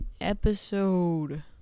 episode